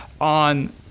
on